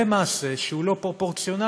זה מעשה שהוא לא פרופורציונלי.